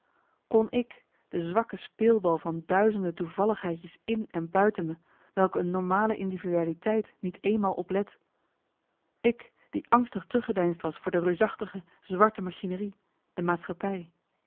kon ik de zwakke speelbal van duizenden toevalligheidjes in en buiten me welke een normale individualiteit niet eenmaal oplet ik die angstig teruggedeinsd was voor de reusachtige zwarte machinerie de maatschappij